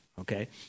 okay